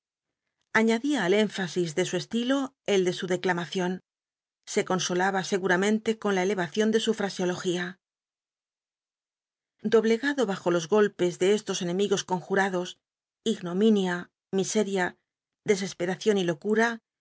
aííadia al énfasis de su estilo el de su declamacion so consolaba scguramenl l con la elevación de su fraseología doblegado bajo los gol es de cst os enemigos conjmados ignominia miseria descspciacion y locura